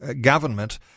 government